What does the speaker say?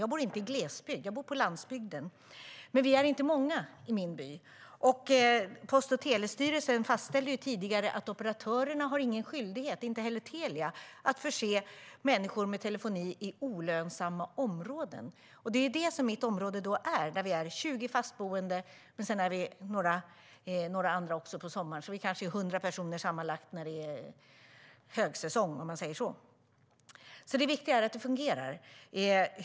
Jag bor inte i glesbygd; jag bor på landsbygden. Men vi är inte många i min by. Post och telestyrelsen fastställde ju tidigare att operatörerna inte har någon skyldighet - inte heller Telia - att förse människor med telefoni i olönsamma områden. Det är det mitt område är. Vi är 20 fastboende och några till på sommaren, så vi kanske är hundra personer sammanlagt när det är högsäsong. Det viktiga är alltså att det fungerar.